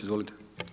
Izvolite.